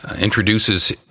introduces